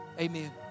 Amen